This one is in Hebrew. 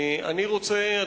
אני רוצה,